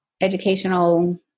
educational